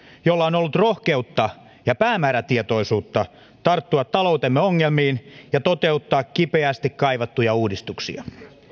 jolla on ollut rohkeutta ja päämäärätietoisuutta tarttua taloutemme ongelmiin ja toteuttaa kipeästi kaivattuja uudistuksia